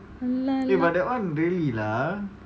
lah lah